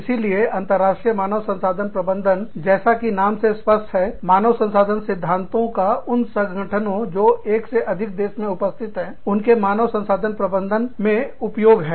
इसीलिए अंतर्राष्ट्रीय मानव संसाधन प्रबंधन जैसा कि नाम से स्पष्ट है मानव संसाधन सिद्धांतों का उन संगठनों जो एक से अधिक देश में उपस्थित हैं उनके मानव संसाधन प्रबंधन में उपयोग है